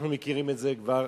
אנחנו מכירים את זה כבר